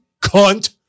cunt